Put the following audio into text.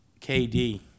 KD